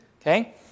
Okay